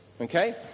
Okay